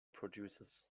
producers